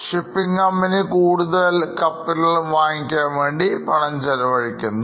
shipping company കൂടുതൽ കപ്പലുകൾ വാങ്ങിക്കാൻ വേണ്ടി പണം ചെലവഴിക്കുന്നു